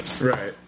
Right